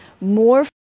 more